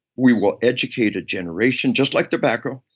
we will educate a generation, just like tobacco.